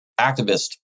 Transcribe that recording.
activist